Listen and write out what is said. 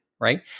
right